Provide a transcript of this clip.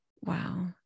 Wow